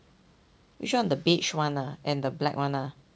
which one the beige one ah and the black one ah